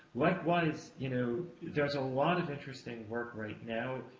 likewise, you know there's a lot of interesting work right now,